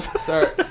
sorry